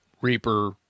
Reaper